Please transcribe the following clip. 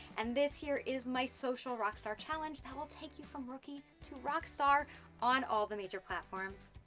and this year is my social rockstar challenge, that will take you from rookie to rockstar on all the major platforms.